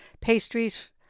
Pastries